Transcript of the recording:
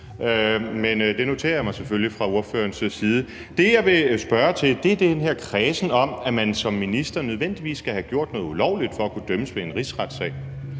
det noterer jeg mig selvfølgelig. Det, jeg vil spørge til, er den kredsen om, at man som minister nødvendigvis skal have gjort noget ulovligt for at kunne dømmes ved en rigsretssag,